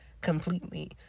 completely